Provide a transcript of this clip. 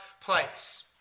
place